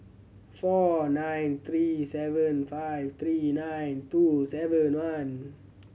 four nine three seven five three nine two seven one